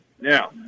Now